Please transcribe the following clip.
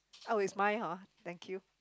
oh it's mine hor thank you